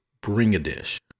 bring-a-dish